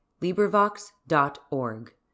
LibriVox.org